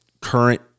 current